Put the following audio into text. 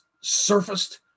surfaced